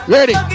Ready